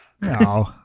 no